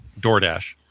DoorDash